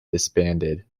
disbanded